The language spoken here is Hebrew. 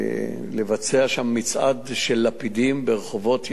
לבצע מצעד של לפידים ברחובות ירושלים,